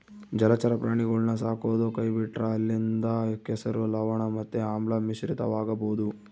ಜಲಚರ ಪ್ರಾಣಿಗುಳ್ನ ಸಾಕದೊ ಕೈಬಿಟ್ರ ಅಲ್ಲಿಂದ ಕೆಸರು, ಲವಣ ಮತ್ತೆ ಆಮ್ಲ ಮಿಶ್ರಿತವಾಗಬೊದು